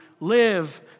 live